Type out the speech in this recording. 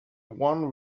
one